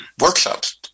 workshops